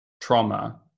trauma